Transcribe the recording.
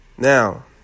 Now